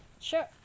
Sure